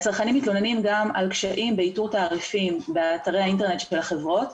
הצרכנים מתלוננים גם על קשיים באיתור תעריפים באתרי האינטרנט של החברות,